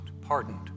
pardoned